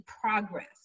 progress